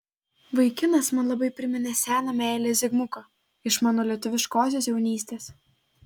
vaikinas man labai priminė seną meilę zigmuką iš mano lietuviškosios jaunystės